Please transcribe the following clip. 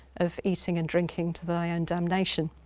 of eating and drinking to thy own damnation.